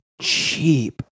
cheap